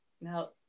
Now